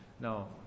Now